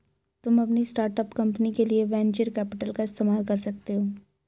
तुम अपनी start up company के लिए वेन्चर कैपिटल का इस्तेमाल कर सकते हो